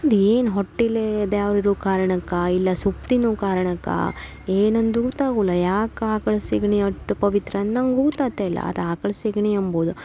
ಅದೇನು ಹೊಟ್ಟಿಲಿ ದ್ಯಾವ್ರಿರೋ ಕಾರಣಕ್ಕಾ ಇಲ್ಲ ಸೊಪ್ಪು ತಿನ್ನುವ ಕಾರಣಕ್ಕಾ ಏನೆಂದು ಗೊತ್ತಾಗುಲ್ಲ ಯಾಕೆ ಆಕ್ಳ ಸೆಗಣಿ ಅಷ್ಟ್ ಪವಿತ್ರ ಅಂದು ನಂಗೆ ಗೊತ್ತಾಗ್ತ ಇಲ್ಲ ಆದ ಆಕ್ಳ ಸೆಗಣಿ ಎಂಬುದು